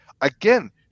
Again